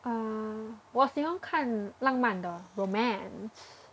uh 我喜欢看浪漫的 romance